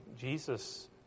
Jesus